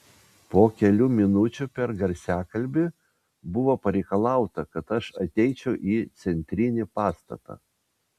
po kelių minučių per garsiakalbį buvo pareikalauta kad aš ateičiau į centrinį pastatą